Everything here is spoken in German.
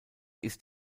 ist